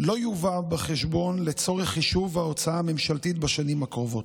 לא יובא בחשבון לצורך חישוב ההוצאה הממשלתית בשנים הקרובות.